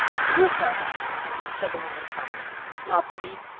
you, perhaps, said the woman calmly not me.